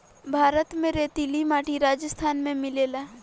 भारत में रेतीली माटी राजस्थान में मिलेला